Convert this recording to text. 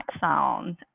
sound